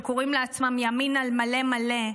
שקוראים לעצמם ימין על מלא מלא,